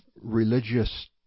religious